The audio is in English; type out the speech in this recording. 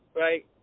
right